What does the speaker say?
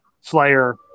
Slayer